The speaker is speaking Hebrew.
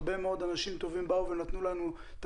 הרבה מאוד אנשים טובים באו ונתנו לנו את